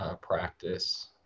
practice